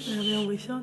זה היה ביום ראשון?